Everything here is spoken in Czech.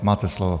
Máte slovo.